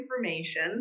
information